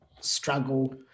struggle